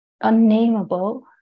Unnameable